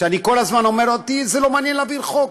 שאני כל הזמן אומר: אותי לא מעניין להעביר חוק,